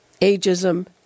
ageism